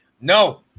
No